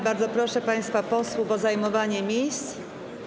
Bardzo proszę państwa posłów o zajmowanie miejsc.